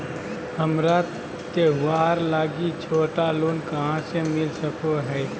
हमरा त्योहार लागि छोटा लोन कहाँ से मिल सको हइ?